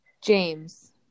James